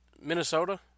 Minnesota